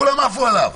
כולם עפו עליו.